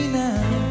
now